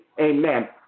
amen